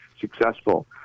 successful